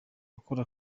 ukora